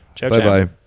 Bye-bye